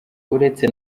uretse